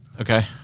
Okay